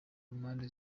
impande